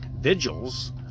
Vigils